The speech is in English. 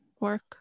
work